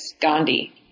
Gandhi